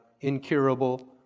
Incurable